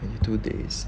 in two days